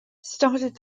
started